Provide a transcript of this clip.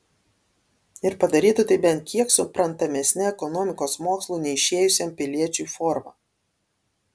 ir padarytų tai bent kiek suprantamesne ekonomikos mokslų neišėjusiam piliečiui forma